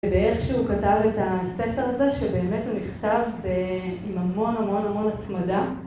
ואיך שהוא כתב את הספר הזה, שבאמת הוא נכתב עם המון המון המון התמדה.